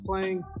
playing